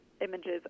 Images